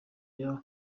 iyo